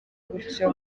gutyo